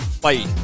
bye